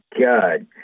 God